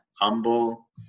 Humble